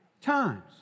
times